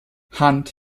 hunt